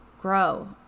grow